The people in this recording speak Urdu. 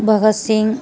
بھگت سنگھ